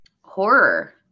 Horror